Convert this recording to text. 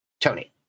tony